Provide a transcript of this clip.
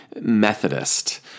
Methodist